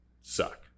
suck